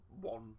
one